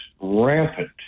rampant